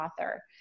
author